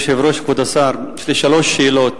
כבוד היושב-ראש, כבוד השר, יש לי שלוש שאלות.